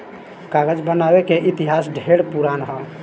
कागज बनावे के इतिहास ढेरे पुरान ह